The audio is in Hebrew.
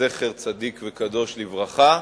זכר צדיק וקדוש לברכה,